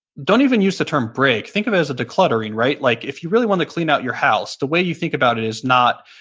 don't even use the term break. think of it as a decluttering. like if you really want to clean out your house, the way you think about it is not,